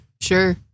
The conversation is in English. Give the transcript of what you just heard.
Sure